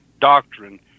Doctrine